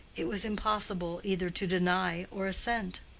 it was impossible either to deny or assent.